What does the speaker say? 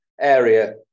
area